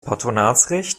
patronatsrecht